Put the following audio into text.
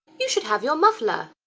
you should have your muffler.